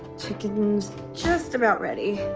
chicken's just about ready,